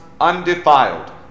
undefiled